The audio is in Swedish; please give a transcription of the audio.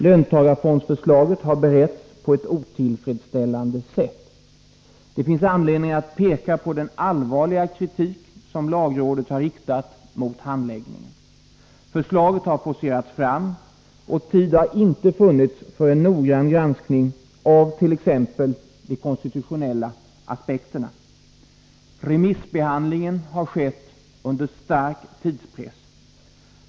Löntagarfondsförslaget har beretts på ett otillfredsställade sätt. Det finns anledning att peka på den allvarliga kritik som lagrådet har riktat mot handläggningen. Förslaget har forcerats fram, och tid har inte funnits för en noggrann granskning av t.ex. de konstitutionella aspekterna. Remissbehandlingen har skett under stark tidspress.